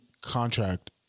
contract